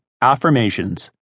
Affirmations